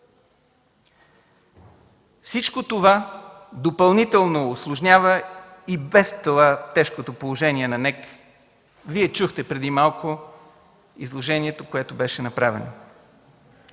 Всичко това допълнително усложнява и без това тежкото положение на НЕК. Вие чухте преди малко изложението, което беше направено.